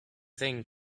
thing